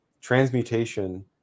Transmutation